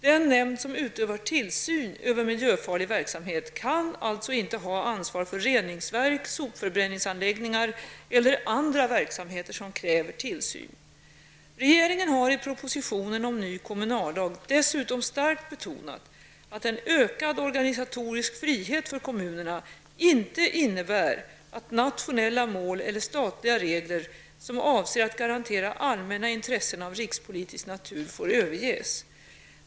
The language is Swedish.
Den nämnd som utövar tillsyn över miljöfarlig verksamhet kan alltså inte ha ansvar för reningsverk, sopförbränningsanläggningar eller andra verksamheter som kräver tillsyn. Regeringen har i propositionen om ny kommunallag dessutom starkt betonat att en ökad organisatorisk frihet för kommunerna inte innebär att nationella mål eller statliga regler som avser att garantera allmänna intressen av rikspolitisk natur får överges.